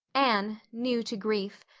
anne, new to grief,